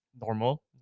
normal